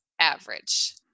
average